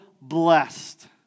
blessed